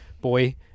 boy